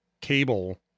cable